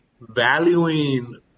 valuing